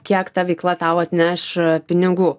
kiek ta veikla tau atneš pinigų